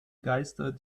geister